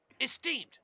esteemed